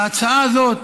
ההצעה הזאת,